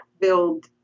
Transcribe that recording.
build